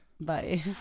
Bye